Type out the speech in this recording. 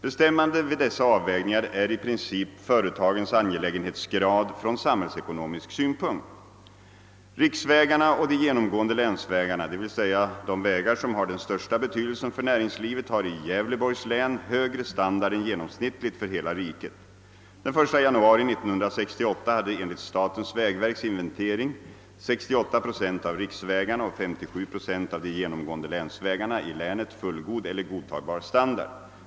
Bestämmande vid dessa avvägningar är i princip företagens angelägenhetsgrad från samhällsekonomisk synpunkt. Riksvägarna och de genomgående länsvägarna — d. v. s. de vägar som har den största betydelsen för näringslivet — har i Gävleborgs län högre standard än genomsnittet för hela riket. Den 1 januari 1968 hade enligt statens vägverks inventering 68 procent av riksvägarna och 57 procent av de genomgående länsvägarna i länet fullgod eller godtagbar standard.